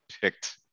picked